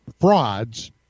frauds